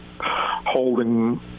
holding